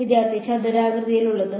വിദ്യാർത്ഥി ചതുരാകൃതിയിലുള്ളത്